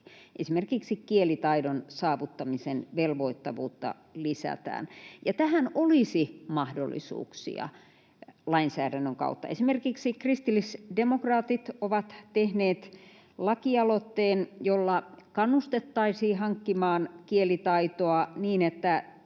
esimerkiksi kielitaidon saavuttamisen velvoittavuutta lisätään. Tähän olisi mahdollisuuksia lainsäädännön kautta. Esimerkiksi kristillisdemokraatit ovat tehneet lakialoitteen, jolla kannustettaisiin hankkimaan kielitaitoa niin, että